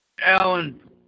Alan